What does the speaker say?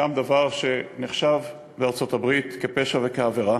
גם דבר שנחשב בארצות-הברית כפשע וכעבירה.